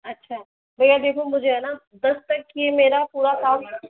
अच्छा भैया देखो मुझे है न दस तक यह मेरा पूरा काम